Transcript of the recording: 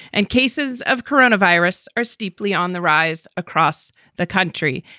and cases of coronavirus are steeply on the rise across the country.